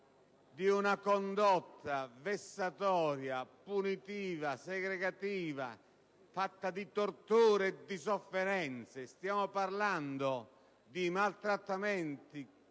di una condotta vessatoria, punitiva, segregativa, fatta di torture e di sofferenze. Stiamo parlando di maltrattamenti